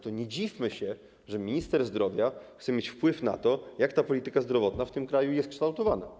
To nie dziwmy się, że minister zdrowia chce mieć wpływ na to, jak ta polityka zdrowotna w tym kraju jest kształtowana.